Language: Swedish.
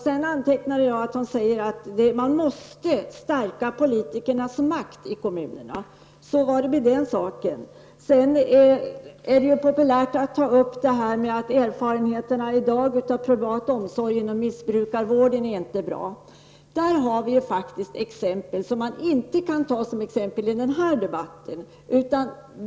Sedan antecknade jag att hon sade att man måste stärka politikernas makt i kommunerna. Så var det med den saken. Det är ju populärt att tala om att erfarenheterna i dag av privat omsorg inom missbrukarvården inte är bra. Det kan man faktiskt inte ta som exempel i den här debatten.